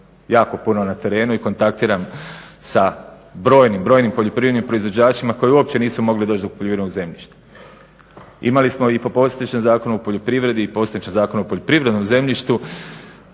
jako puno na terenu i kontaktiram sa brojnim, brojnim poljoprivrednim proizvođačima koji uopće nisu mogli doći do poljoprivrednog zemljišta. Imali smo i po postojećem Zakonu o poljoprivredi i postojećem Zakonu o poljoprivrednom zemljištu,